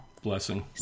blessing